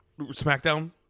SmackDown